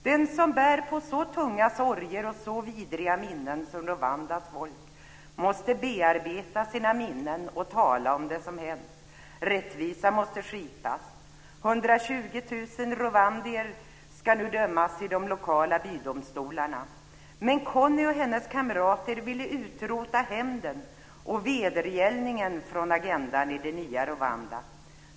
Den som bär på så tunga sorger och så vidriga minnen som Rwandas folk måste bearbeta sina minnen och tala om det som hänt. Rättvisa måste skipas. 120 000 rwandier ska nu dömas i de lokala bydomstolarna. Men Connie och hennes kamrater vill utrota hämnden och vedergällningen från agendan i det nya Rwanda.